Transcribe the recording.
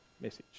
message